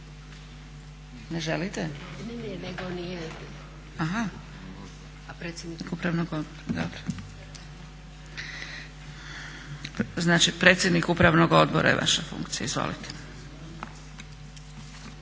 … Znači predsjednik Upravnog odbora je vaša funkcija. Izvolite.